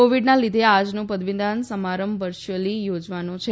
કોવિડનાં લીધે આજનો પદવીદાન સમારંભ વરર્યુઅલી યોજવાનો છે